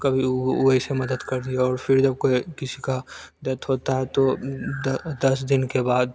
कभी वैसे मदद कर दी और फ़िर जब कोई किसी का डेथ होता है तो द दस दिन के बाद